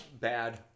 Bad